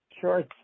Sure